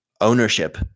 ownership